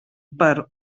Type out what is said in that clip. per